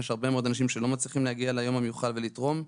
ויש הרבה מאוד אנשים שלא מצליחים להגיע ליום המיוחל ולתרום.